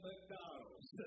McDonald's